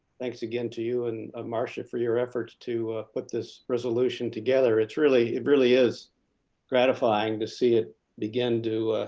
thanks again to you and ah marsha for your efforts to put this resolution together. it's really it really is gratifying to see it begin to